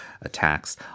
attacks